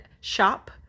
shop